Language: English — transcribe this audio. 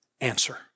answer